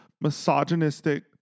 misogynistic